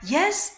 Yes